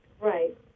Right